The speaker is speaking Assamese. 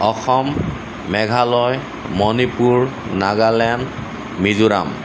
অসম মেঘালয় মণিপুৰ নাগালেণ্ড মিজোৰাম